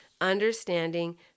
understanding